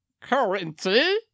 currency